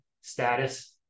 status